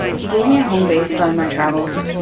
he gave me a home base during my travels.